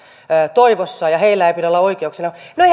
toivossa ja ja heillä ei pidä olla oikeuksia no